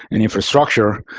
and infrastructure.